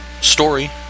story